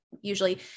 usually